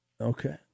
Okay